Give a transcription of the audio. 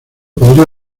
podría